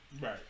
Right